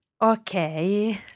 Okay